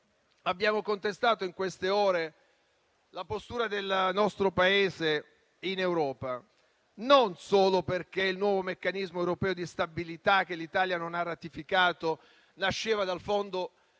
abbiamo contestato in queste ore la postura del nostro Paese in Europa non solo perché il nuovo Meccanismo europeo di stabilità, che l'Italia non ha ratificato, nasceva dal fondo del